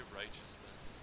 righteousness